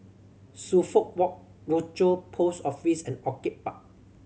Suffolk Walk Rochor Post Office and Orchid Park